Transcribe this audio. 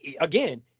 again